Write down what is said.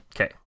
Okay